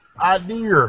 Idea